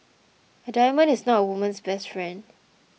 a diamond is not a woman's best friend